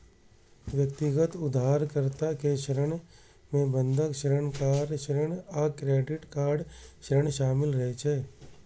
व्यक्तिगत उधारकर्ता के ऋण मे बंधक ऋण, कार ऋण आ क्रेडिट कार्ड ऋण शामिल रहै छै